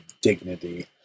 dignity